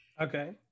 Okay